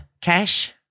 cash